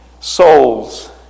souls